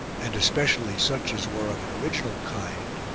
and especially such as were of an original kind,